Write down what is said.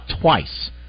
twice